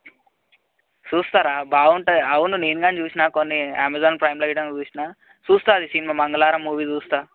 చూస్త రా బాగుంటాయి అవును నేను కానీ చూసినా కొన్ని అమెజాన్ ప్రైమ్లో గిట చూసిన చూస్తాను అది సినిమా మంగళవారం మూవీ చూస్తాను